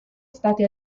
stati